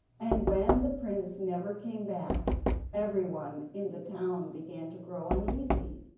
and when the prince never came back everyone in the town began to grow uneasy.